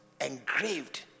engraved